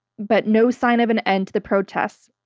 but no sign of an end to the protests.